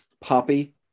poppy